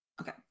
Okay